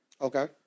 Okay